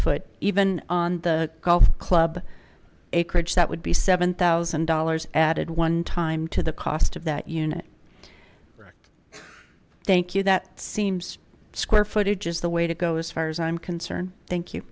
foot even on the golf club acreage that would be seven thousand dollars added one time to the cost of that unit thank you that seems square footage is the way to go as far as i'm concerned thank you